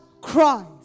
Christ